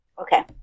Okay